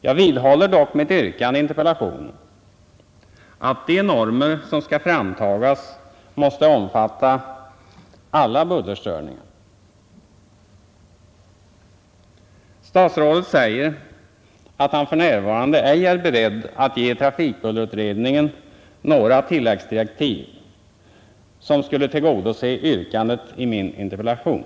Jag vidhåller dock mitt yrkande i interpellationen, att de normer som skall framtagas måste omfatta alla bullerstörningar. Statsrådet säger att han för närvarande ej är beredd att ge trafikbullerutredningen några tilläggsdirektiv, som skulle tillgodose yrkandet i min interpellation.